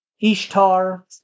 Ishtar